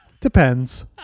Depends